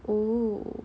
oo